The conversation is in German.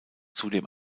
zudem